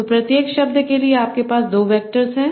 तो प्रत्येक शब्द के लिए आपके पास 2 वैक्टर हैं